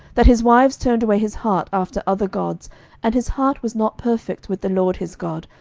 that his wives turned away his heart after other gods and his heart was not perfect with the lord his god,